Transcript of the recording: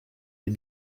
est